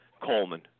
Coleman